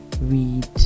Read